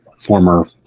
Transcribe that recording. former